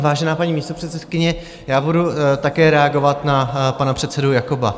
Vážená paní místopředsedkyně, také budu reagovat na pana předsedu Jakoba.